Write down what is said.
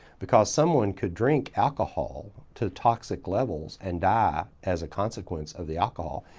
because someone could drink alcohol to toxic levels and die as a consequence of the alcohol.